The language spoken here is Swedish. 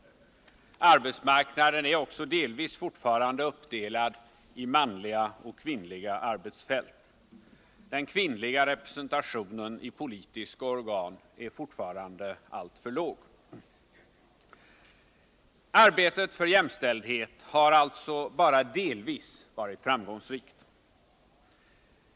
Arbetsmarknaden är också fortfarande uppdelad i manliga och kvinnliga arbetsfält. Den kvinnliga representationen i politiska organ är fortfarande alltför låg. Arbetet för jämställdhet har alltså bara delvis varit framgångsrikt.